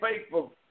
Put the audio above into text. faithful